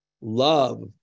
love